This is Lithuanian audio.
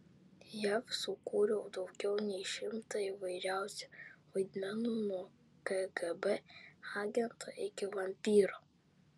jav sukūriau daugiau nei šimtą įvairiausių vaidmenų nuo kgb agento iki vampyro